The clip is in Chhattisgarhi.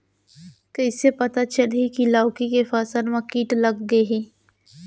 कइसे पता चलही की लौकी के फसल मा किट लग गे हे?